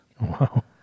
Wow